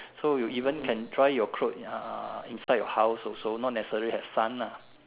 so you even can dry your clothes inside your house also not necessary have sun ah